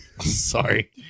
Sorry